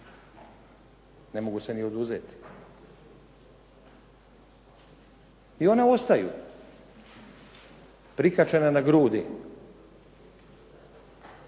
Ne mogu se ni oduzeti. I ona ostaju prikačena na grudi